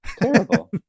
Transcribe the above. Terrible